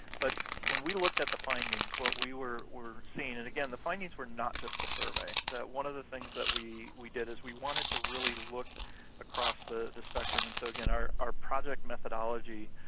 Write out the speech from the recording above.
but when we looked at the findings, what we were were seeing, and, again, the findings were not just the survey, one of the things that we we did is we wanted to really look across the the spectrum. and so, again, our our project methodology